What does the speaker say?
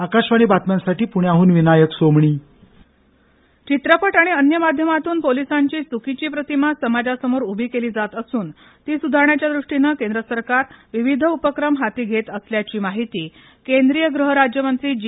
आकाशवाणी बातम्यांसाठी पुण्याहून विनायक सोमणी किशन रेडडी चित्रपट आणि अन्य माध्यमातून पोलिसांची चूकीची प्रतिमा समाजासमोर उभी केली जात असून ती सुधारण्याच्या दृष्टीनं केंद्र सरकार विविध उपक्रम हाती घेत असल्याची माहिती केंद्रीय गृह राज्यमंत्री जी